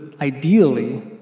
ideally